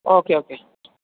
okay okay